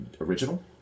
original